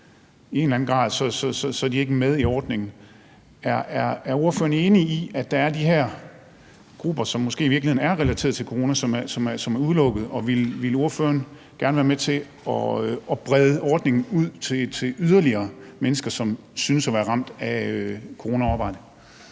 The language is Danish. i en eller anden grad – ikke med i ordningen. Er ordføreren enig i, at der er de her grupper, som måske i virkeligheden er relateret til corona, som er udelukket? Og vil ordføreren gerne være med til at brede ordningen yderligere ud til mennesker, som synes at være ramt af coronaarbejde.